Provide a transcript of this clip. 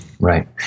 Right